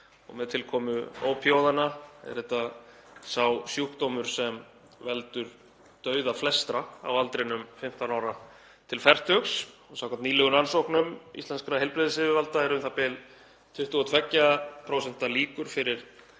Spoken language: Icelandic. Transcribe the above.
og með tilkomu ópíóíðanna er þetta sá sjúkdómur sem veldur dauða flestra á aldrinum 15 ára til fertugs. Samkvæmt nýlegum rannsóknum íslenskra heilbrigðisyfirvalda eru u.þ.b. 22% líkur fyrir